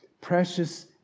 Precious